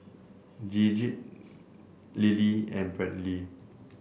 Gidget Lilly and Brantley